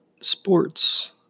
sports